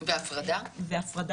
והפרדה.